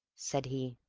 said he.